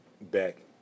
back